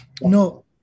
No